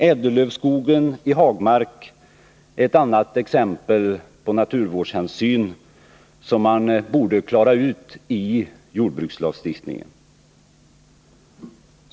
Ädellövskog i hagmark är ett annat exempel på naturvårdshänsyn som man borde klara ut i jordbrukslagstiftningen.